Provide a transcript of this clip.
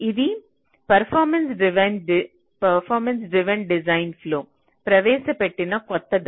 ఇది performance driven design ఫ్లోలో ప్రవేశపెట్టిన కొత్త దశ